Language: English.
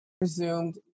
presumed